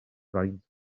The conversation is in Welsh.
faint